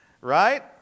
Right